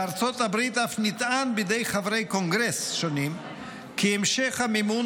בארצות הברית אף נטען בידי חברי קונגרס שונים כי המשך המימון